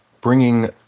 bringing